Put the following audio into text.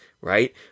right